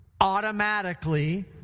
automatically